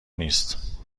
نیست